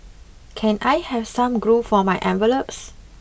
can I have some glue for my envelopes